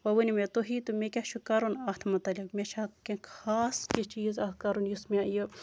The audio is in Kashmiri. وۄنۍ ؤنِو مےٚ تُہی تہٕ مےٚ کیاہ چھُ کَرُن اَتھ مُتعلِق مےٚ چھا کیٚنہہ خاص کیٚنہہ چیٖز اتھ کَرُن یُس مےٚ یہِ